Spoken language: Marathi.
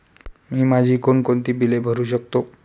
मी माझी कोणकोणती बिले भरू शकतो?